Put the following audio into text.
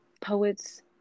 Poets